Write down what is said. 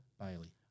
Bailey